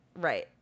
right